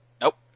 Nope